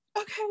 Okay